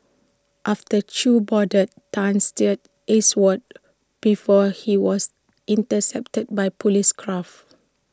after chew boarded Tan steered eastwards before he was intercepted by Police craft